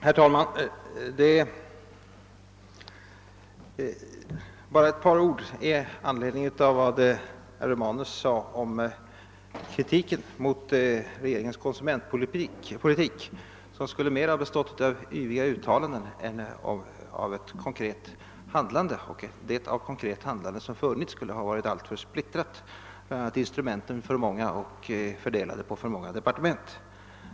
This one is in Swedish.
Herr talman! Bara ett par ord med anledning av vad herr Romanus sade om kritiken mot regeringens konsumentpolitik, som mera skulle ha bestått av yviga uttalanden än av ett konkret handlande. Det konkreta handlande som funnits skulle ha varit alltför splittrat, instrumenten för många och fördelade på för många departement.